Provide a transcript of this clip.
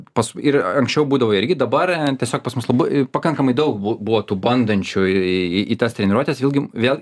pas ir anksčiau būdavo irgi dabar tiesiog pas mus labai pakankamai daug bu buvo tų bandančių į į tas treniruotes vėlgi vėl